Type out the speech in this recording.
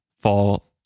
fall